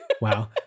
Wow